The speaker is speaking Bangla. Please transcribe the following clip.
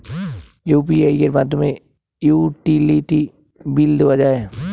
ইউ.পি.আই এর মাধ্যমে কি ইউটিলিটি বিল দেওয়া যায়?